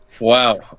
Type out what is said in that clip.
wow